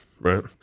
Right